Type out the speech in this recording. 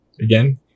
again